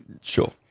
Sure